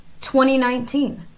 2019